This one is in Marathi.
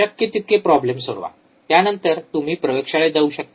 शक्य तितके प्रॉब्लेम सोडवा त्यानंतर तुम्ही प्रयोगशाळेत जाऊ शकता